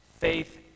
Faith